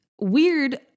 weird